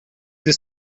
this